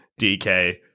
DK